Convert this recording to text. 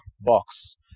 box